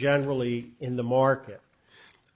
generally in the market